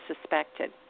suspected